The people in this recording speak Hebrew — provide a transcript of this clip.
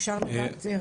אם אפשר רק לדעת,